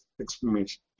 explanation